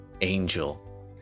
angel